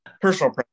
personal